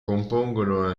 compongono